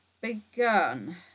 begun